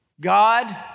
God